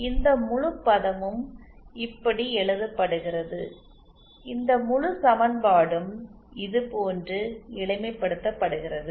இந்த முழு பதமும் இப்படி எழுதப்படுகிறது இந்த முழு சமன்பாடும் இதுபோன்று எளிமைப்படுத்தப்படுகிறது